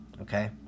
okay